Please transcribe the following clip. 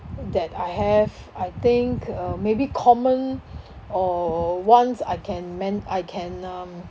that I have I think uh maybe common or ones I can man~ I can um